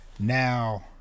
now